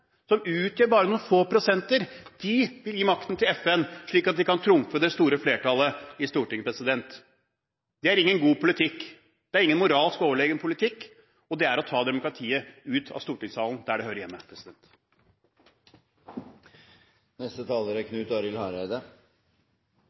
utgjør bare noen få prosenter. De vil gi makten til FN, slik at de kan trumfe det store flertallet i Stortinget. Det er ingen god politikk, det er ingen moralsk overlegen politikk, det er å ta demokratiet ut av stortingssalen der det hører hjemme.